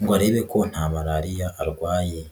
ngo arebe ko nta malariya arwaye.